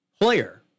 player